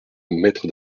mètres